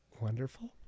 wonderful